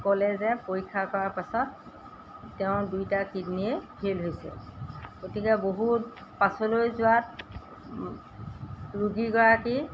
ক'লে যে পৰীক্ষা কৰাৰ পাছত তেওঁৰ দুইটা কিডনীয়ে ফেইল হৈছে গতিকে বহুত পাছলৈ যোৱাত ৰোগীগৰাকী